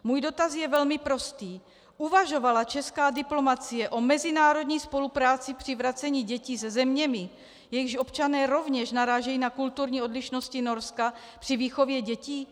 Můj dotaz je velmi prostý: Uvažovala česká diplomacie o mezinárodní spolupráci při vracení dětí se zeměmi, jejichž občané rovněž narážejí na kulturní odlišnosti Norska při výchově dětí?